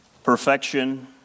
Perfection